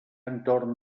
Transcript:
entorn